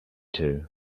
two